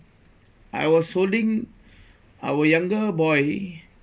I was holding our younger boy